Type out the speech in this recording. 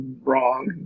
wrong